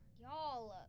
Y'all